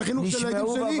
על החינוך של הילדים שלי.